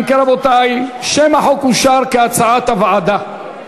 אם כן, רבותי, שם החוק אושר, כהצעת הוועדה.